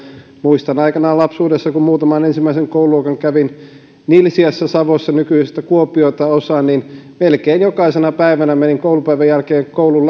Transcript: muistan aikanaan lapsuudessa kun muutaman ensimmäisen koululuokan kävin nilsiässä savossa osa nykyistä kuopiota niin melkein jokaisena päivänä menin koulupäivän jälkeen koulun